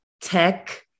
tech